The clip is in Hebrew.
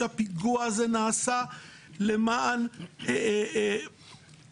שהפיגוע הזה נעשה למען ה-glory,